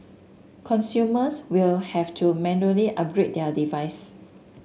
consumers will have to manually upgrade their device